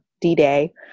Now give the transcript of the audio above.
D-Day